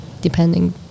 depending